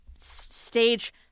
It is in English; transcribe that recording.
stage